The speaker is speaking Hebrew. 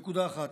זו נקודה אחת.